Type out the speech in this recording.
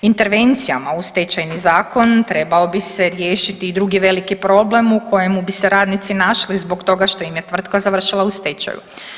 Intervencijama u Stečajni zakon trebao bi se riješiti i drugi veliki problem u kojemu bi se radnici našli zbog toga što im je tvrtka završila u stečaju.